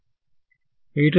ಇದು ಅಲ್ಲವೇ